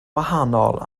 wahanol